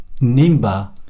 NIMBA